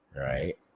right